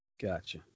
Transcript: Gotcha